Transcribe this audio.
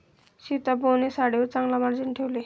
सीताबोने साडीवर चांगला मार्जिन ठेवले